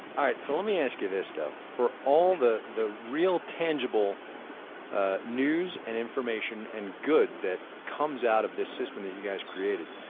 all right, so let me ask you this though for all the the real tangible news and information and good that comes out of this system that you guys created,